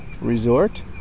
Resort